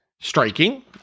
striking